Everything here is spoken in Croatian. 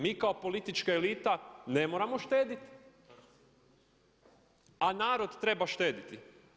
Mi kao politička elita ne moramo štediti, a narod treba štediti.